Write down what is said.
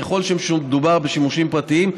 ככל שמדובר בשימושים פרטיים,